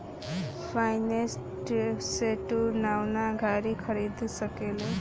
finance से तू नवका गाड़ी खरीद सकेल